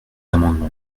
amendement